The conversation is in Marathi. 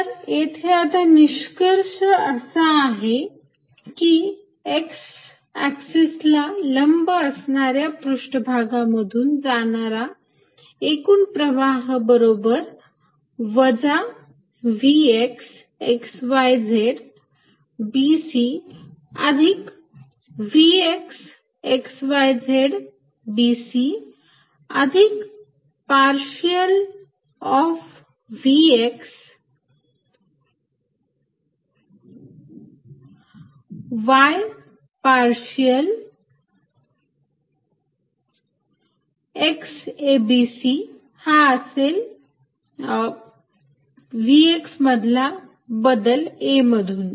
तर येथे आता निष्कर्ष असा आहे की x एक्सिस ला लंब असणाऱ्या पृष्ठभागांमधून जाणारा एकूण प्रवाह बरोबर वजा Vx x y z b c अधिक Vx x y z b c अधिक partial of Vx y partial x abc हा असेल Vx मधला बदल a मधून